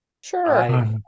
Sure